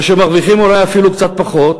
ואנשים שמרוויחים אולי אפילו קצת פחות,